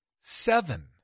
seven